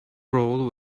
role